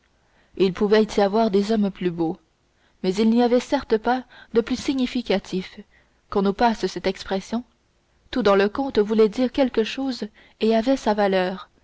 il pouvait y avoir des hommes plus beaux mais il n'y en avait certes pas de plus significatifs qu'on nous passe cette expression tout dans le comte voulait dire quelque chose et avait sa valeur